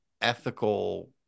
ethical